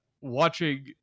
watching